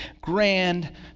grand